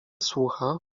słucha